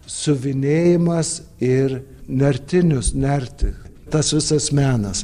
siuvinėjimas ir nertinius nerti tas visas menas